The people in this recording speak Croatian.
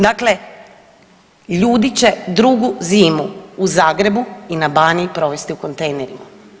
Dakle, ljudi će drugu zimu u Zagrebu i na Baniji provesti u kontejnerima.